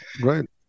Right